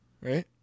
right